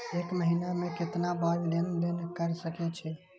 एक महीना में केतना बार लेन देन कर सके छी?